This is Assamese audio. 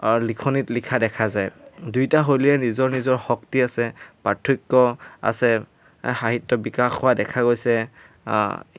লিখনিত লিখা দেখা যায় দুইটা শৈলীয়ে নিজৰ নিজৰ শক্তি আছে পাৰ্থক্য আছে সাহিত্য বিকাশ হোৱা দেখা গৈছে